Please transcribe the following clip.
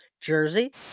jersey